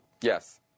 Yes